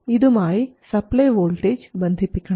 ഇതുമായി supply voltage ബന്ധിപ്പിക്കണം